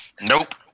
Nope